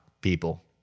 people